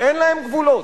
אין להם גבולות.